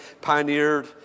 pioneered